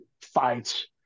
fights